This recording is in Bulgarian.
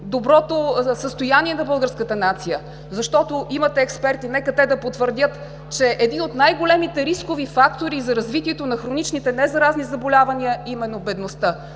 доброто състояние на българската нация. Защото имате експерти – нека те да потвърдят, че един от най-големите рискови фактори за развитието на хроничните незаразни заболявания, е именно бедността.